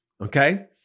Okay